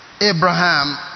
Abraham